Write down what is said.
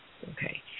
Okay